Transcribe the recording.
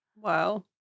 Wow